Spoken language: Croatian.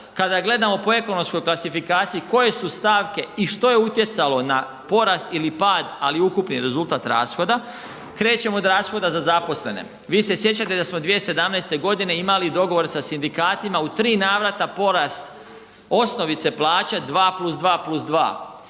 kada gledamo po ekonomskoj klasifikaciji koje su stavke i što je utjecalo na porast ili pad, ali i ukupni rezultat rashoda, krećemo od rashoda za zaposlene. Vi se sjećate da smo 2017.g. imali dogovor sa sindikatima u 3 navrata porast osnovice plaće 2+2+2,